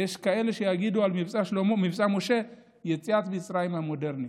יש כאלה שיגידו על מבצע שלמה ומבצע משה: יציאת מצרים המודרנית.